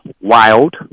wild